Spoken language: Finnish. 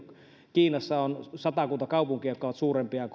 kiinassa on satakunta kaupunkia jotka ovat väestöltään suurempia